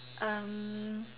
um